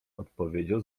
odpowiedział